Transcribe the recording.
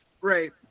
Right